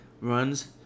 runs